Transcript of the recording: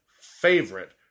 favorite